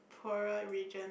poorer region